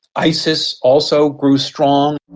isis also grew strong.